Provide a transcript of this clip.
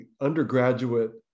undergraduate